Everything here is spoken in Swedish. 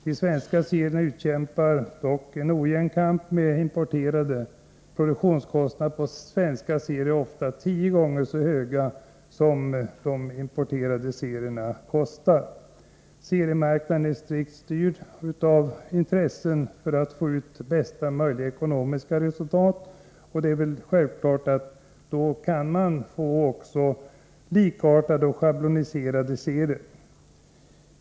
De svenska serierna utkämpar dock en ojämn kamp med de importerade — produktionskostnaden för svenska serier är ofta tio gånger så hög som kostnaden för de importerade. Seriemarknaden är strikt styrd av intressen som vill få ut bästa möjliga ekonomiska resultat. Det är självklart att man då kan få likriktade och schabloniserade serier.